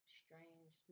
strange